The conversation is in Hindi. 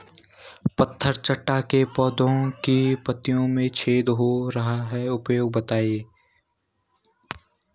पत्थर चट्टा के पौधें की पत्तियों में छेद हो रहे हैं उपाय बताएं?